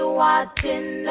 watching